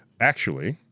actually,